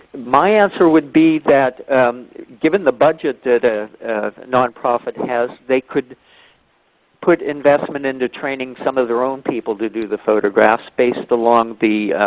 my answer would be that given the budget that a nonprofit has, they could put investment into training some of their own people to do the photographs based along the